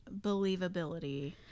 believability